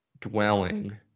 dwelling